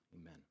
Amen